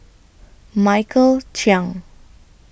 Michael Chiang